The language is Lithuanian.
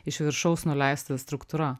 iš viršaus nuleista struktūra